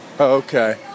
Okay